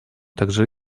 также